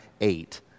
eight